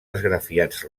esgrafiats